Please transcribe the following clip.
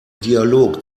dialog